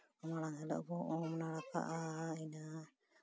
ᱢᱟᱲᱟᱝ ᱦᱤᱞᱚᱜ ᱵᱚᱱ ᱩᱢ ᱱᱟᱲᱠᱟᱜᱼᱟ ᱤᱱᱟᱹ